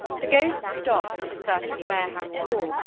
the ghost stopped at a certain warehouse door,